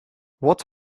what